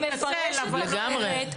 את מפרשת אחרת,